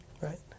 right